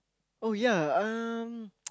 oh ya um